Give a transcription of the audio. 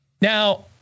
Now